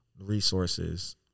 resources